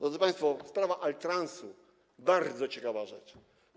Drodzy państwo, sprawa Altransu to bardzo ciekawa rzecz.